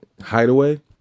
hideaway